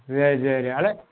சரி சரி அதே